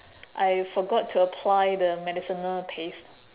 I forgot to apply the medicinal paste